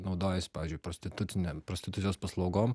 naudojasi pavyzdžiui prostitutinėm prostitucijos paslaugos